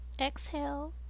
exhale